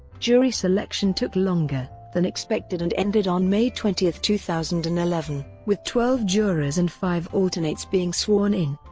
jury selection took longer than expected and ended on may twenty, two thousand and eleven, with twelve jurors and five alternates being sworn in.